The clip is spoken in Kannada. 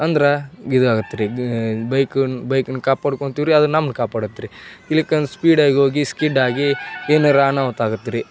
ಅಂದ್ರೆ ಇದಾಗುತ್ತೆ ರೀ ಗೆ ಬೈಕನ್ನು ಬೈಕನ್ನು ಕಾಪಾಡ್ಕೊತಿವ್ರಿ ಅದು ನಮ್ನ ಕಾಪಾಡುತ್ರಿ ಇಲ್ಕನ್ ಸ್ಪೀಡಾಗಿ ಹೋಗಿ ಸ್ಕಿಡ್ಡಾಗಿ ಏನಾರ ಅನಾಹುತ ಆಗುತ್ತೆ ರೀ